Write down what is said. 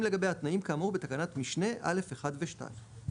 לגביה התנאים כאמור בתקנת משנה (א)(1) ו- (2).